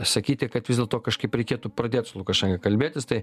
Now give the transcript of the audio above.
sakyti kad vis dėlto kažkaip reikėtų pradėt su lukašenka kalbėtis tai